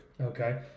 Okay